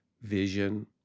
vision